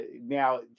now